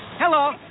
Hello